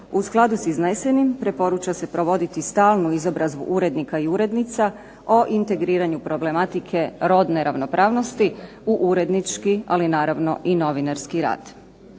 U skladu sa iznesen im preporuča se provoditi stalnu izobrazbu urednika i urednica o integriranju problematike rodne ravnopravnosti u urednički, ali naravno i novinarski rad.